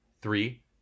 Three